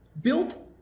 built